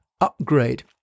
upgrade